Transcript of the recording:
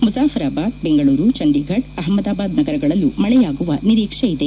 ಮುಜಫರಾಬಾದ್ ಬೆಂಗಳೂರು ಚಂಡಿಫಡ್ ಅಹಮದಾಬಾದ್ ನಗರಗಳಲ್ಲೂ ಮಳೆಯಾಗುವ ನಿರೀಕ್ಷೆಯಿದೆ